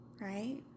Right